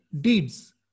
deeds